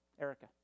Erica